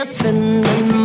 Spending